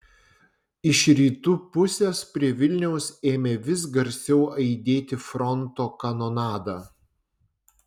iš rytų pusės prie vilniaus ėmė vis garsiau aidėti fronto kanonada